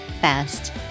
fast